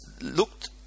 looked